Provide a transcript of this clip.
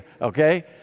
okay